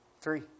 Three